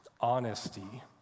honesty